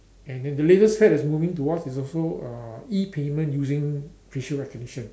and then the latest fad that's moving to us is also uh E payment using facial recognition